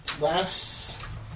last